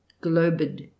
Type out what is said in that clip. globed